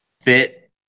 fit